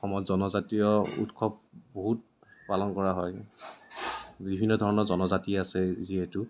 অসমত জনজাতীয় উৎসৱ বহুত পালন কৰা হয় বিভিন্ন ধৰণৰ জনজাতি আছে যিহেতু